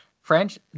French